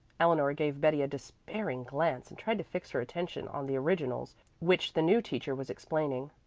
eleanor gave betty a despairing glance and tried to fix her attention on the originals which the new teacher was explaining.